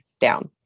down